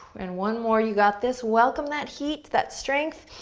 and one more, you got this, welcome that heat, that strength.